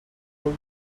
food